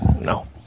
No